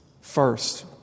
First